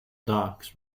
docks